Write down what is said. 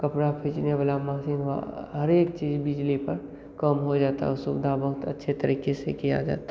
कपड़ा खींचने वाला मसीन हुआ हर एक चीज बिजली पर काम हो जाता और सुविधा बहुत अच्छे तरीके से किया जाता